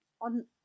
on